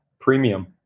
premium